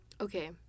okay